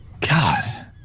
God